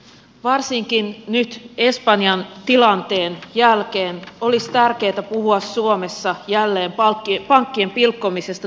varsinkin nyt espanjan tilanteen jälkeen olisi tärkeätä puhua suomessa jälleen pankkien pilkkomisesta toimintaperiaatteen mukaan